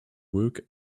work